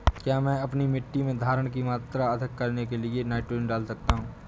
क्या मैं अपनी मिट्टी में धारण की मात्रा अधिक करने के लिए नाइट्रोजन डाल सकता हूँ?